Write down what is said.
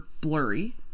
blurry